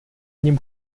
něm